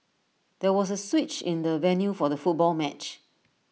there was A switch in the venue for the football match